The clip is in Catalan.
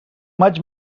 maig